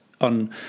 on